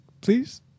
Please